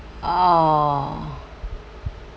oh